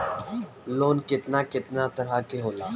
Loan केतना केतना तरह के होला?